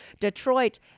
Detroit